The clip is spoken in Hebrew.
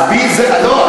לא.